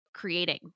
creating